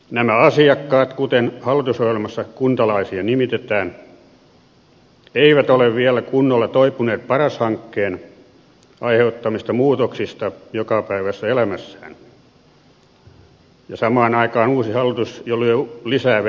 nämä asiakkaat kuten hallitusohjelmassa kuntalaisia nimitetään eivät ole vielä kunnolla toipuneet paras hankkeen aiheuttamista muutoksista jokapäiväisessä elämässään ja samaan aikaan uusi hallitus jo lyö lisää vettä kiukaalle